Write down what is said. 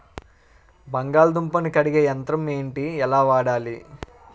బంగాళదుంప ను కడిగే యంత్రం ఏంటి? ఎలా వాడాలి?